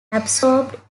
absorbed